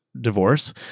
divorce